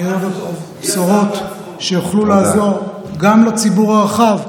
שנראה בקרוב בשורות שיוכלו לעזור גם לציבור הרחב,